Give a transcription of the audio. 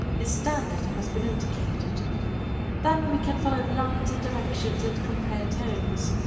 his standard has been indicated then we can follow lines and directions and compare tones.